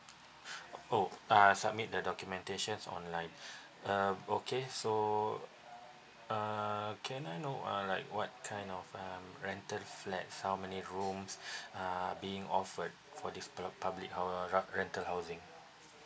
oh (u) submit the documentations online um okay so uh can I know uh like what kind of um rental flats how many rooms uh being offered for this pu~ public uh ren~ rental housing